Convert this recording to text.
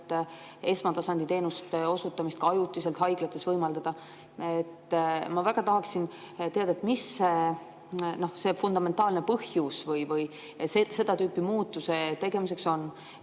et esmatasandi teenuste osutamist ka ajutiselt haiglates võimaldada. Ma väga tahaksin teada, mis see fundamentaalne põhjus seda tüüpi muudatuse tegemiseks